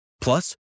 Plus